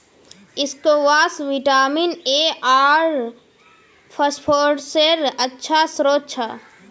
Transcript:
squash vitamin A आर फस्फोरसेर अच्छा श्रोत छ